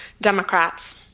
Democrats